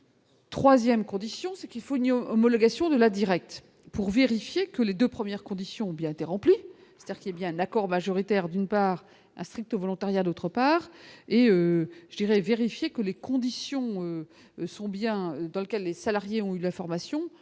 3ème condition c'est qu'il faut Union homologation de la Direct pour vérifier que les 2 premières conditions bien été remplies, c'est-à-dire qu'il est bien d'accord majoritaire d'une part à strict au volontariat, d'autre part et j'irai, vérifier que les conditions sont bien dans lequel les salariés ont eu la formation sont bien